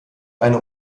eine